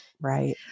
right